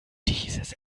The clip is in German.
dieses